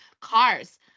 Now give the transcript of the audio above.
cars